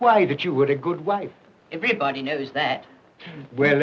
why that you would a good wife everybody knows that where